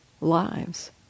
lives